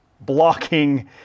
blocking